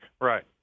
Right